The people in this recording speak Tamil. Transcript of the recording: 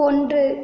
ஒன்று